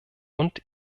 und